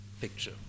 picture